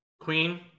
Queen